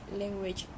language